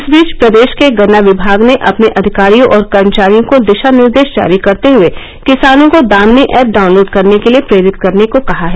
इस बीच प्रदेश के गन्ना विभाग ने अपने अधिकारियों और कर्मचारियों को दिशानिर्देश जारी करते हुए किसानों को दामिनी ऐप डाउनलोड करने के लिए प्रेरित करने को कहा है